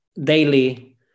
daily